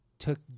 took